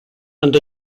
and